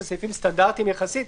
אלה סעיפים סטנדרטיים יחסית.